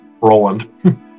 Roland